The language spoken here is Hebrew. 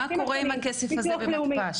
מה קורה עם הכסף הזה במתפ"ש?